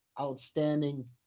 outstanding